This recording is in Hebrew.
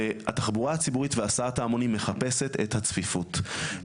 והתחבורה הציבורית וההסעת ההמונים מחפשת את הצפיפות.